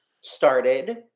started